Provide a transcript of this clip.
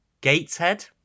Gateshead